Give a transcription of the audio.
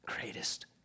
greatest